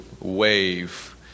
wave